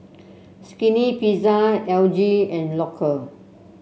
Skinny Pizza L G and Loacker